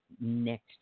next